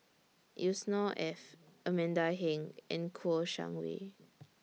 Yusnor Ef Amanda Heng and Kouo Shang Wei